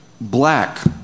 black